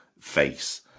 face